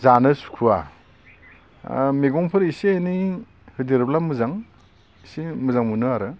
जानो सुखुवा मैगंफोर एसे एनै होदेरोब्ला मोजां एसे मोजां मोनो आरो